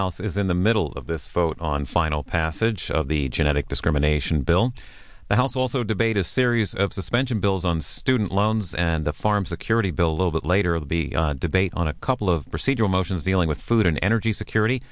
health is in the middle of this vote on final passage of the genetic discrimination bill the house also debate a series of suspension bills on student loans and the farm security bill a little bit later of the debate on a couple of procedural motions dealing with food and energy security